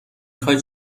خوای